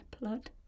blood